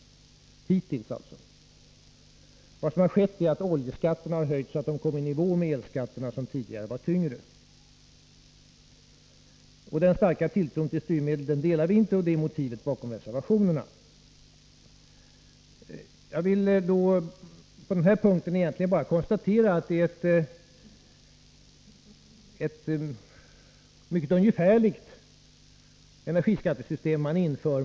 Vad som har skett är att oljeskatterna har höjts så att de kommit i nivå med elskatterna, som tidigare var högre. Vi hyser inte samma starka tilltro till styrmedel, och det är motivet bakom reservationerna. Jag vill här konstatera att det är ett mycket ungefärligt energiskattesystem man inför.